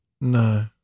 No